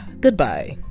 Goodbye